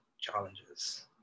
challenges